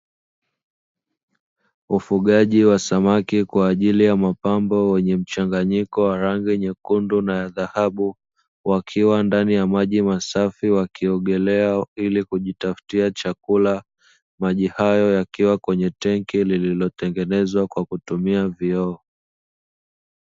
Ufugaji wa samaki kwa ajili ya mapambo wenye mchanganyiko wa rangi nyekundu na ya dhahabu wakiwa ndani ya maji masafi, wakiogelea ili kujitafutia chakula. Maji hayo yakiwa kwenye tenki lililotengenezwa kwa kutumia vioo.